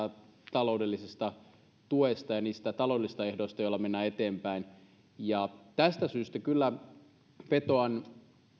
taloudellisesta tuesta ja niistä taloudellisista ehdoista joilla mennään eteenpäin tästä syystä kyllä vetoan